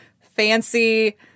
fancy